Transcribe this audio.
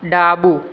ડાબું